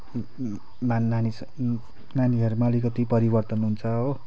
नानी नानीहरूमा अलिकति परिवर्तन हुन्छ हो